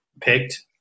picked